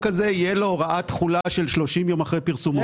הזה תהיה הוראת תחולה של 30 יום אחרי פרסומו.